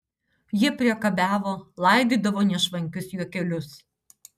jie priekabiavo laidydavo nešvankius juokelius